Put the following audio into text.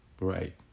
right